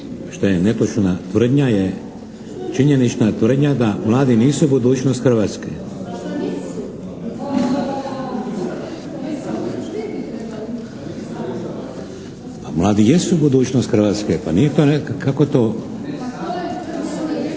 Šta je netočna tvrdnja je činjenična tvrdnja da mladi nisu budućnost Hrvatske? …/Upadica se ne čuje./… Pa mladi jesu budućnost Hrvatske, pa nije to, kako to…